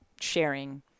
sharing